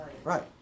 Right